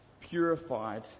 purified